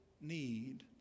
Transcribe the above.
need